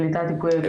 קליטת יפויי כח,